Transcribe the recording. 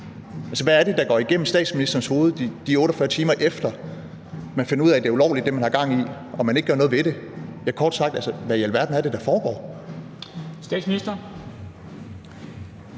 Hvad er det, der går igennem statsministerens hoved i de 48 timer, efter man finder ud af, at det, man har gang i, er ulovligt, når man ikke gør noget ved det? Kort sagt: Hvad i alverden er det, der foregår? Kl.